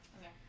okay